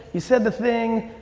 you said the thing.